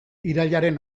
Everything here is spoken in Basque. irailaren